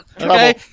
Okay